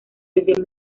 desde